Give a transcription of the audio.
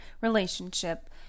relationship